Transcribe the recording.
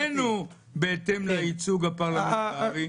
-- שהוא איננו בהתאם לייצוג הפרלמנטרי.